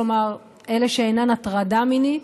כלומר אלה שאינן הטרדה מינית,